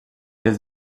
des